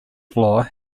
floor